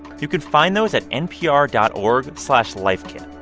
you can find those at npr dot org slash lifekit.